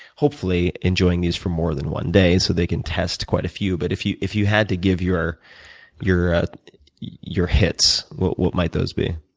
hopefully enjoying these for more than one day so they can test quite a few but if you if you had to give your your hits, what what might those be?